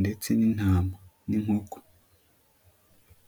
ndetse n'intama, n'inkoko.